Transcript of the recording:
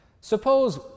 Suppose